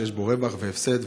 שיש בו רווח והפסד,